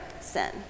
sin